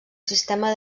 sistema